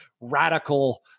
radical